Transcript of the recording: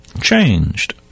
changed